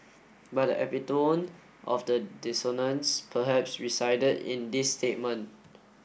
but the of the dissonance perhaps resided in this statement